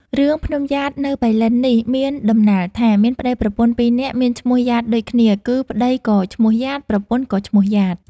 រឿង ភ្នំំយ៉ាតនៅប៉ៃលិននេះមានដំណាលថា មានប្ដីប្រពន្ធពីរនាក់មានឈ្មោះយ៉ាតដូចគ្នា គឺប្ដីក៏ឈ្មោះយ៉ាត ប្រពន្ធក៏ឈ្មោះយ៉ាត។